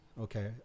okay